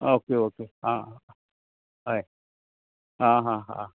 okay okay आं हय आं हां हां